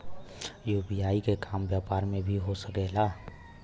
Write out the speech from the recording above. UPI के काम व्यापार में भी हो सके ला?